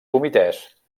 comitès